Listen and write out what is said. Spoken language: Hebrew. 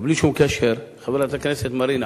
בלי שום קשר, חברת הכנסת מרינה,